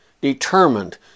determined